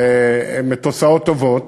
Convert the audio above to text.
ואני יכול לגעת בהן, והן תוצאות טובות,